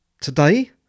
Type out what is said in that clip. today